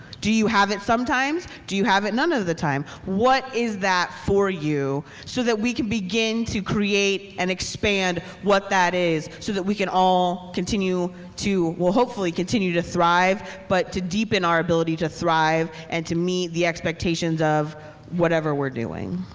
do you have it sometimes? do you have it none of the time? what is that for you so that we can begin to create and expand what that is so that we can all continue to, well hopefully, continue to thrive but to deepen our ability to thrive and to meet the expectations of whatever we're doing?